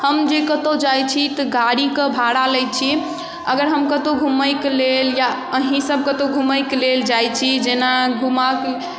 हम जे कतहु जाइ छी तऽ गाड़ीके भाड़ा लै छी अगर हम कतहु घुमैके लेल या अहीँसब कतहु घुमैके लेल जाइ छी जेना घुमबाके